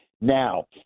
Now